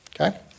okay